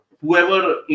whoever